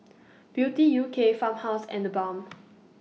Beauty U K Farmhouse and TheBalm